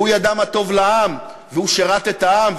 והוא ידע מה טוב לעם, והוא שירת את העם.